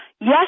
yes